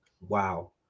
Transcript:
Wow